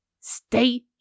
Stay